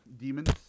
Demons